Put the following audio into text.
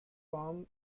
form